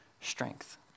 strength